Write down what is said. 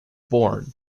born